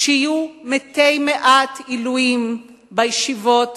שיהיו מתי-מעט עילויים בישיבות,